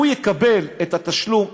הוא יקבל את התשלום,